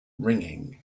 ringing